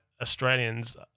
Australians